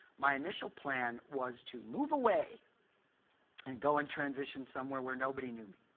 my initial plan was to move away and go and transition somewhere where nobody knew me.